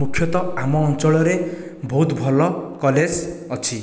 ମୁଖ୍ୟତଃ ଆମ ଅଞ୍ଚଳରେ ବହୁତ ଭଲ କଲେଜ ଅଛି